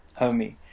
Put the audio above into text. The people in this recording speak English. homie